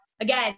Again